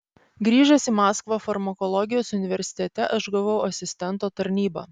grįžęs į maskvą farmakologijos universitete aš gavau asistento tarnybą